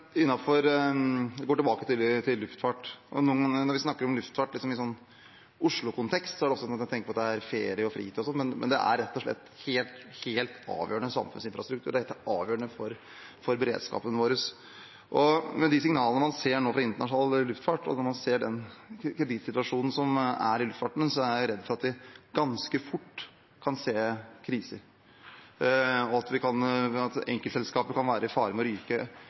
Når vi snakker om luftfart i Oslo-kontekst, dreier det seg ofte om ferie, fritid osv., men luftfarten er rett og slett en helt, helt avgjørende samfunnsinfrastruktur for beredskapen vår. Med de signalene man nå ser komme fra internasjonal luftfart, og når man ser på situasjonen luftfarten nå er i, er jeg redd for at vi ganske fort kan se kriser. Enkeltselskaper kan stå i fare for å ryke